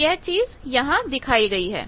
तो यह चीज यहां दिखाई गई है